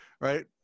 right